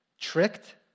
tricked